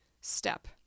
step